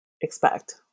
expect